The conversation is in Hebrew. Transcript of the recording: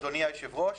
אדוני היושב-ראש,